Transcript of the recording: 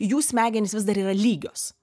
jų smegenys vis dar yra lygios